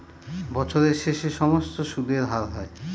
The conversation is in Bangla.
বছরের শেষে সমস্ত সুদের হার হয়